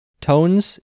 Tones